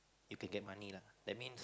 you can get money lah that means